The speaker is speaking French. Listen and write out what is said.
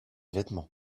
vêtements